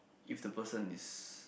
if the person is